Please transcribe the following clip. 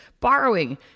borrowing